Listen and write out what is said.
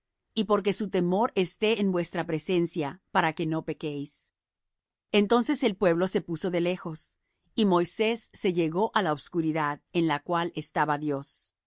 y porque su temor esté en vuestra presencia para que no pequéis entonces el pueblo se puso de lejos y moisés se llegó á la osbcuridad en la cual estaba dios